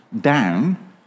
down